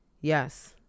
Yes